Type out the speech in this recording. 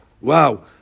Wow